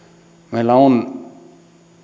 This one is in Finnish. meillä on